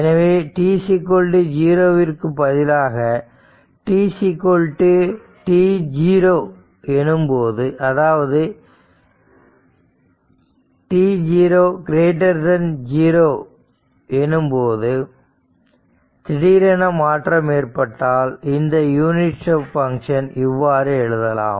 எனவே t0 விற்கு பதிலாக tt0 எனும்போது அதாவது t0 0 எனும்போது திடீரென மாற்றம் ஏற்பட்டால் இந்த யூனிட் ஸ்டெப் பங்க்ஷன் இவ்வாறு எழுதலாம்